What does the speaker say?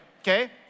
okay